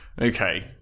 okay